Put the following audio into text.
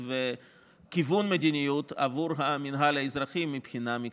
וכיוון מדיניות עבור המינהל האזרחי מבחינה מקצועית.